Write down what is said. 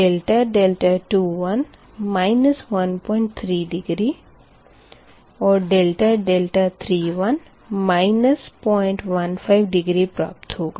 इस से ∆2 13 डिग्री और ∆3 015 डिग्री प्राप्त होगा